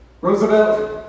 Roosevelt